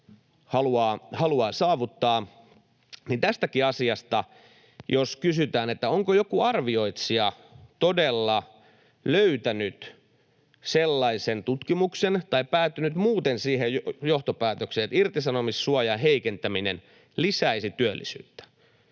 haluaa saavuttaa. Tästäkin asiasta kysytään, onko joku arvioitsija todella löytänyt sellaisen tutkimuksen tai päätynyt muuten siihen johtopäätökseen, että irtisanomissuojan heikentäminen lisäisi työllisyyttä,